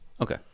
Okay